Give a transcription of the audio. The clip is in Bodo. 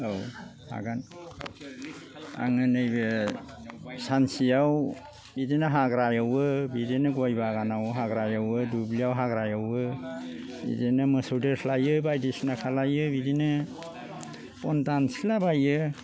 औ हागोन आङो नैबे सानसेयाव बिदिनो हाग्रा एवो बिदिनो गय बागानाव हाग्रा एवो दुब्लियाव हाग्रा एवो बिदिनो मोसौ दोस्लायो बायदिसिना खालायो बिदिनो बन दानस्रिला बायो